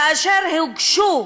כאשר הוגשו